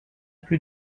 plus